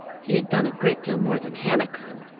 he had done a great deal more than hannah could.